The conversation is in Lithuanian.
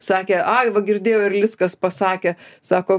sakė ai va girdėjau erlickas pasakė sako